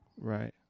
right